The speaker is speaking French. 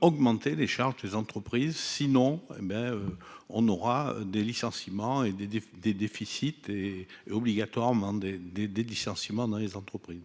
augmenter les charges des entreprises, sinon, hé ben on aura des licenciements et des des des déficits et obligatoirement des, des, des licenciements dans les entreprises.